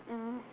mm